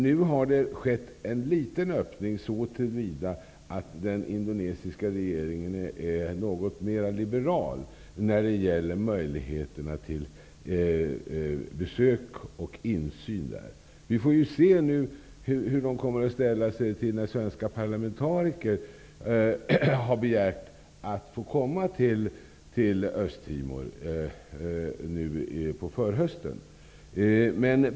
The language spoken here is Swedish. Nu har det skett en liten öppning så till vida att den indonesiska regeringen är något mera liberal när det gäller möjligheterna till besök och insyn. Vi får se hur de kommer att ställa sig till att svenska parlamentariker har begärt att få komma till Östtimor på förhösten.